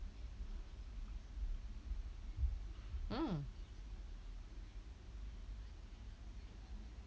mm